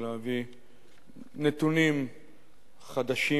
ולהביא נתונים חדשים,